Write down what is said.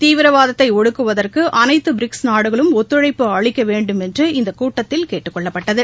தீவிரவாதத்தை ஒடுக்குவதற்கு அனைத்து பிரிக்ஸ் நாடுகளும் ஒத்துழைப்பு அளிக்க வேண்டுமென்று இந்த கூட்டத்தில் கூட்டுக் கொள்ளப்பட்டது